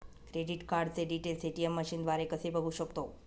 Credit कार्डचे details ATM मशीनद्वारे कसे बघू शकतो?